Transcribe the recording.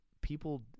people